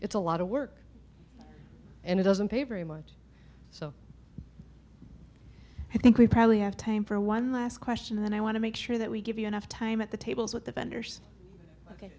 it's a lot of work and it doesn't pay very much so i think we probably have time for one last question and i want to make sure that we give you enough time at the tables with the vendors ok